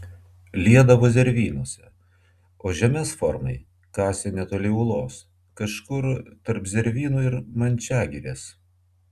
liedavo zervynose o žemes formai kasė netoli ūlos kažkur tarp zervynų ir mančiagirės